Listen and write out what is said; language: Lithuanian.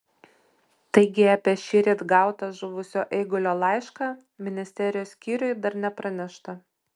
taigi apie šįryt gautą žuvusio eigulio laišką ministerijos skyriui dar nepranešta